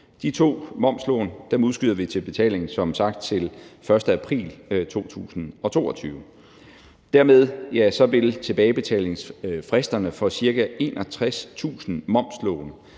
De to momslån udskyder vi som sagt til betaling til den 1. april 2022. Dermed vil tilbagebetalingsfristerne for ca. 61.000 momslån